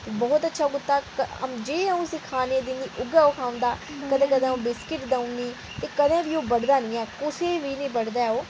बहुत अच्छा कुत्ता ऐ जे अ'ऊं उसी खाने गी दिनी ऊऐ खंदा कदें कदें अ'ऊं बिस्किट देई ओड़नी ते कदें बी कुसै गी बढदा नीं ऐ ओह्